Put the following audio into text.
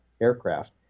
aircraft